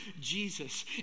jesus